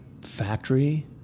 factory